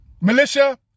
Militia